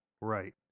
Right